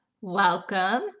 welcome